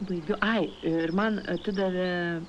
baigiu ai ir man atidavė